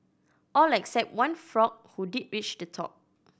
all except one frog who did reach the top